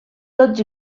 tots